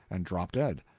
and drop dead.